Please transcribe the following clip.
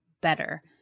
better